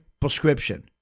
prescription